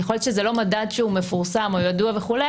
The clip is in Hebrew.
ככל שזה לא מדד שהוא מפורסם או ידוע וכו',